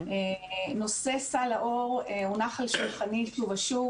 נושא סל לאור הונח על שולחני שוב ושוב